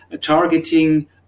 targeting